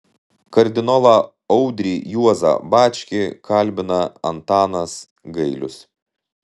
kardinolą audrį juozą bačkį kalbina antanas gailius